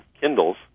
Kindles